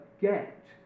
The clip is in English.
get